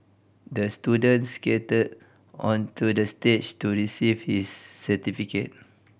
the student skated onto the stage to receive his certificate